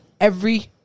every-